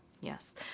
Yes